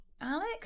Alex